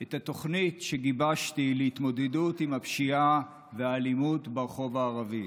את התוכנית שגיבשתי להתמודדות עם הפשיעה והאלימות ברחוב הערבי.